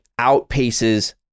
outpaces